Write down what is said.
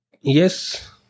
yes